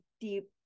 deep